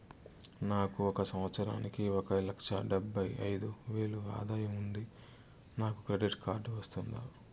నాకు ఒక సంవత్సరానికి ఒక లక్ష డెబ్బై అయిదు వేలు ఆదాయం ఉంది నాకు క్రెడిట్ కార్డు వస్తుందా?